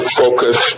focus